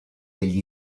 degli